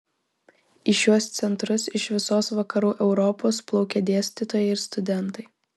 į šiuos centrus iš visos vakarų europos plaukė dėstytojai ir studentai